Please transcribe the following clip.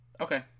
Okay